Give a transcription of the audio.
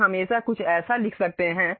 हम हमेशा कुछ ऐसा लिख सकते हैं